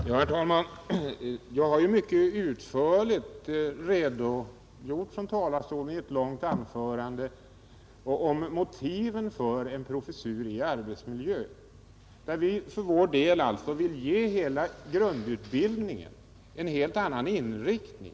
Herr talman! Jag har mycket utförligt i ett långt anförande från talarstolen redogjort för motiven för en professur i arbetsmiljö, där vi för vår del vill ge hela grundutbildningen en helt annan inriktning.